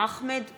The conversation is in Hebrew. אחמד טיבי,